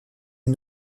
est